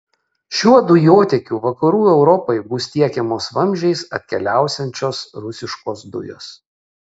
šiuo dujotiekiu vakarų europai bus tiekiamos vamzdžiais atkeliausiančios rusiškos dujos